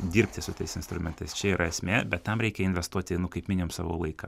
dirbti su tais instrumentais čia yra esmė bet tam reikia investuoti kaip minimum savo laiką